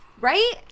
Right